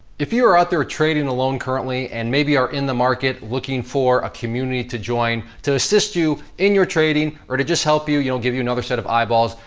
if you are out there trading alone currently and maybe are in the market looking for a community to join, to assist you in your trading or to just help you you know give you another set of eyeballs,